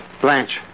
Blanche